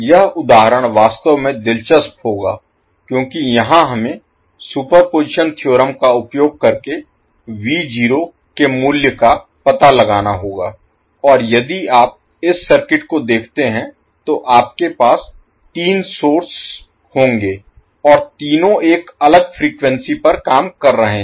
यह उदाहरण वास्तव में दिलचस्प होगा क्योंकि यहां हमें सुपरपोजिशन थ्योरम का उपयोग करके के मूल्य का पता लगाना होगा और यदि आप इस सर्किट को देखते हैं तो आपके पास तीन सोर्स होंगे और तीनों एक अलग फ्रीक्वेंसी पर काम कर रहे हैं